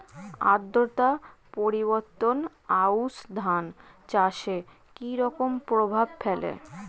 আদ্রতা পরিবর্তন আউশ ধান চাষে কি রকম প্রভাব ফেলে?